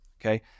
Okay